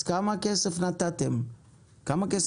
אז כמה כסף נתתם ב-75?